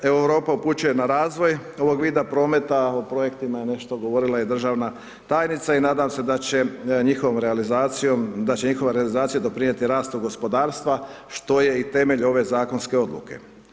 Europa upućuje na razvoj ovog vida prometa, o projektima je nešto govorima i državna tajnica i nadam se da će njihovom realizacijom, da će njihova realizacija doprinijeti rastu gospodarstva što je i temelj ove zakonske odluke.